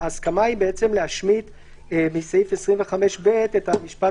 ההסכמה היא בעצם להשמיט מסעיף 25(ב) את המשפט